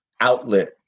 outlet